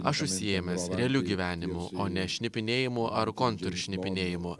aš užsiėmęs realiu gyvenimu o ne šnipinėjimu ar kontršnipinėjimu